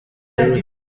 ruti